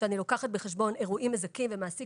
כשאני לוקחת בחשבון אירועים מזכים ומעסיק